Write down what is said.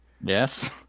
Yes